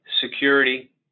security